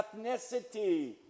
ethnicity